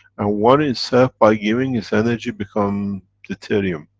and one itself, by giving its energy, become deuterium.